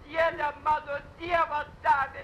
dieve mano dievą davė